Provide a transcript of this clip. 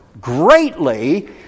greatly